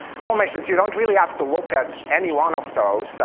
all missions, you don't really have to look at any one of those,